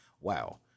Wow